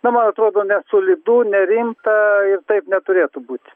na man atrodo nesolidu nerimta ir taip neturėtų būti